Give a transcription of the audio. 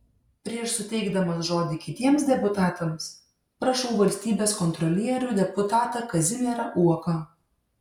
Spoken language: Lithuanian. prieš suteikdamas žodį kitiems deputatams prašau valstybės kontrolierių deputatą kazimierą uoką